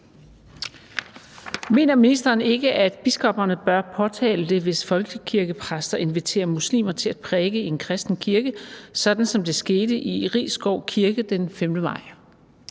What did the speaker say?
Mener ministeren ikke, at biskopperne bør påtale det, hvis folkekirkepræster inviterer muslimer til at prædike i en kristen kirke, sådan som det skete i Risskov Kirke den 5. maj?